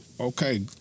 okay